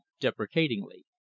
deprecatingly